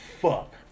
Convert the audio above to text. fuck